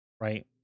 right